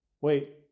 wait